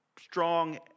strong